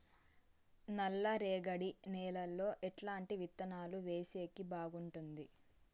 నల్లరేగడి నేలలో ఎట్లాంటి విత్తనాలు వేసేకి బాగుంటుంది?